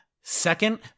Second